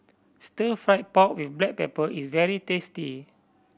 Stir Fried Pork With Black Pepper is very tasty